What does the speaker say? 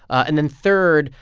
and then third,